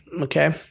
Okay